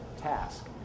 task